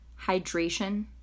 hydration